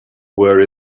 were